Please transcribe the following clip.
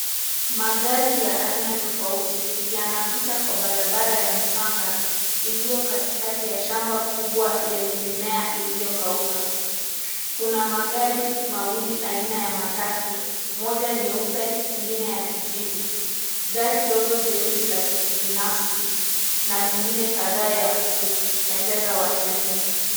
Magari ya aina tofauti yanapita kwa barabara ya mchanga iliyo katikati ya shamba kubwa lenye mimea iliyokauka. Kuna magari mawili aina ya matatu, moja nyeupe, ingine ya kijivu. Gari dogo jeusi la kibinafsi na mengi kadhaa ya kutembeza watalii.